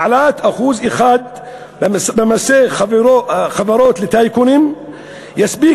העלאת 1% במס חברות לטייקונים תספיק